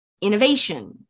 innovation